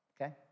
okay